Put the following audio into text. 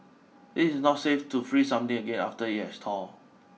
it is not safe to freeze something again after it has thawed